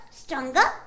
stronger